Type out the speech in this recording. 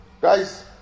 Guys